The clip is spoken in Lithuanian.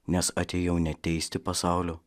nes atėjau ne teisti pasaulio